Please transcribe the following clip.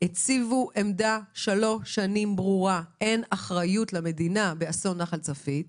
שהציבו שלוש שנים עמדה ברורה שאין למדינה אחריות באסון נחל צפית,